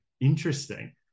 interesting